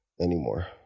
anymore